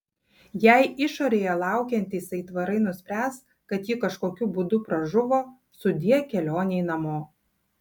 jei išorėje laukiantys aitvarai nuspręs kad ji kažkokiu būdu pražuvo sudie kelionei namo